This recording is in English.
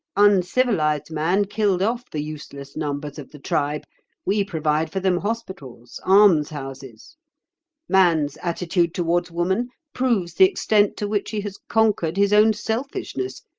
uncivilised man killed off the useless numbers of the tribe we provide for them hospitals, almshouses. man's attitude towards woman proves the extent to which he has conquered his own selfishness,